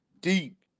deep